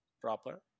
proper